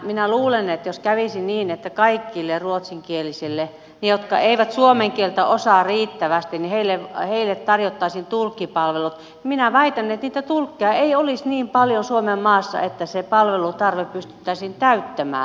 minä luulen että jos kävisi niin että kaikille ruotsinkielisille jotka eivät suomen kieltä osaa riittävästi tarjottaisiin tulkkipalvelut niitä tulkkeja ei olisi niin paljon suomenmaassa että se palvelutarve pystyttäisiin täyttämään